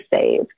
save